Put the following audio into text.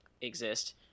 exist